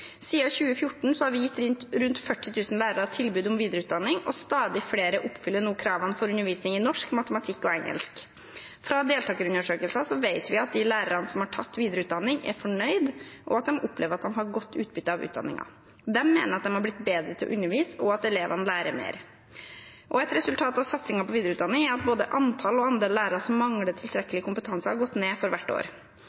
2014 har vi gitt rundt 40 000 lærere tilbud om videreutdanning, og stadig flere oppfyller nå kravene for undervisning i norsk, matematikk og engelsk. Fra deltakerundersøkelser vet vi at de lærerne som har tatt videreutdanning, er fornøyd og opplever at de har godt utbytte av utdanningen. De mener at de har blitt bedre til å undervise, og at elevene lærer mer. Et resultat av satsingen på videreutdanning er at både antall og andel lærere som mangler